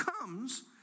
comes